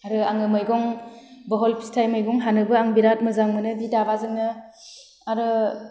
आरो आङो मैगं बहल फिथाय मैगं हानोबो आङो बिराथ मोजां मोनो बि दाबाजोंनो आरो